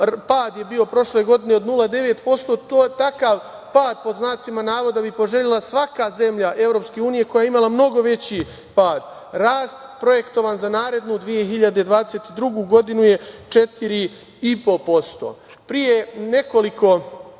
pad je bio prošle godine od 0,9%, to je takav pad, pod znacima navoda, da bi poželela svaka zemlja EU, koja je imala mnogo veći pad. Rast projektovan za narednu 2022. godinu je 4,5%.Pre nekoliko